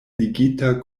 ligita